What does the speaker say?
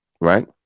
right